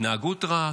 התנהגות רעה?